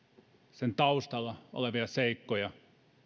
sen taustalla olevia seikkoja